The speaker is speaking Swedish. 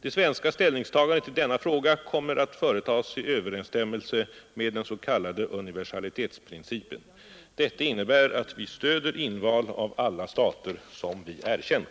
Det svenska ställningstagandet i denna fråga kommer att företas i överensstämmelse med den s.k. universalitetsprincipen. Detta innebär att vi stöder inval av alla stater som vi erkänt.